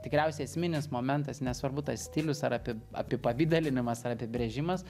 tikriausiai esminis momentas nesvarbu tas stilius ar api apipavidalinimas ar apibrėžimas